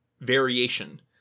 variation